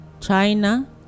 China